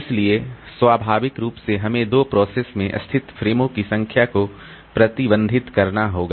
इसलिए स्वाभाविक रूप से हमें दो प्रोसेस में स्थित फ़्रेमों की संख्या को प्रतिबंधित करना होगा